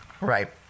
right